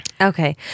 Okay